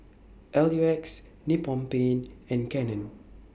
L U X Nippon Paint and Canon